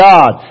God